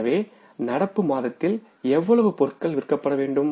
எனவே நடப்பு மாதத்தில் எவ்வளவு பொருட்கள் விற்கப்பட வேண்டும்